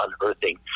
unearthing